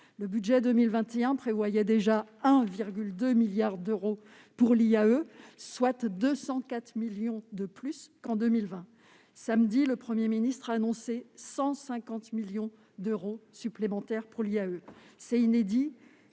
Le budget pour 2021 prévoyait déjà 1,2 milliard d'euros pour l'IAE, soit 204 millions de plus qu'en 2020. Samedi, le Premier ministre a annoncé 150 millions d'euros supplémentaires pour l'IAE. C'est inédit